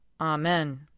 Amen